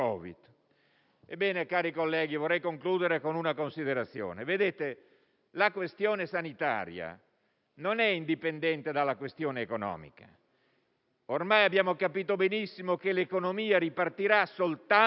Covid. Cari colleghi, vorrei concludere con una considerazione. Vedete, la questione sanitaria non è indipendente da quella economica. Ormai abbiamo capito benissimo che l'economia ripartirà soltanto